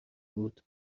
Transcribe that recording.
بود